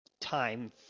time